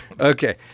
Okay